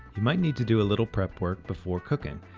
you might need to do a little prep work before cooking.